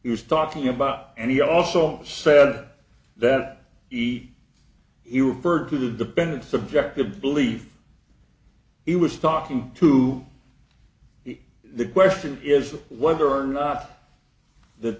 he was talking about and he also said that he he referred to the bennett subjective belief he was talking to me the question is whether or not that